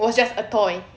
was just a toy